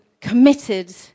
committed